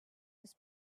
his